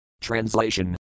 Translation